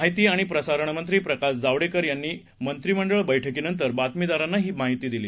माहितीआणिप्रसारणमंत्रीप्रकाशजावडेकरयांनीमंत्रिमंडळबैठकीनंतरबातमीदारांनाहीमाहितीदिली